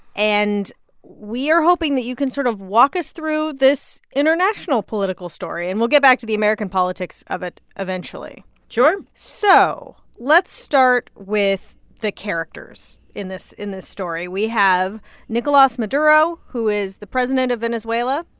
and are hoping that you can sort of walk us through this international political story. and we'll get back to the american politics of it eventually sure so let's start with the characters in this in this story. we have nicolas maduro, who is the president of venezuela,